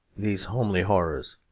these homely horrors.